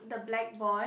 the black boy